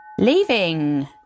Leaving